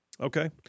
Okay